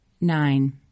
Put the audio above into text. Nine